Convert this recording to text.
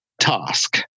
task